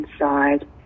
inside